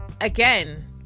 again